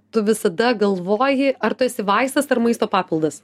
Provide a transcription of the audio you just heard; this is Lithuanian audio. tu visada galvoji ar tu esi vaistas ar maisto papildas